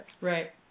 Right